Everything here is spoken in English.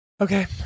Okay